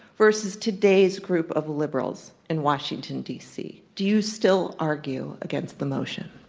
versus today's group of liberals in washington, d. c, do you still argue against the motion?